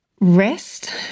rest